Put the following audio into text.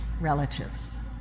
relatives